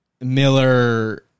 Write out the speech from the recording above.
Miller